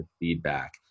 feedback